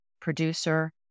producer